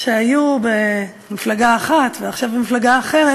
שהיו במפלגה אחת ועכשיו במפלגה אחרת.